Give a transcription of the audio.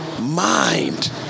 mind